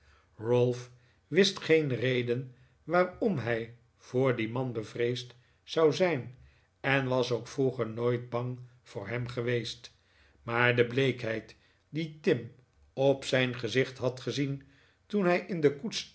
ralph wist geen reden waarom hij voor dien man bevreesd zou zijn en was ook vroeger nooit bang voor hem geweest maar de bleekheid die tim op zijn gezicht had gezien toen hij in de koets